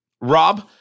Rob